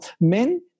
men